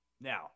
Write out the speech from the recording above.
now